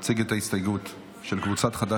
עאידה תומא סלימאן להציג את ההסתייגות של קבוצת חד"ש-תע"ל.